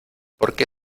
porque